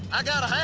i got